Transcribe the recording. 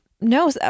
No